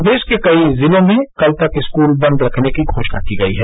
प्रदेश के कई जिलों में कल तक स्कूल बंद रखने की घोषणा की गयी है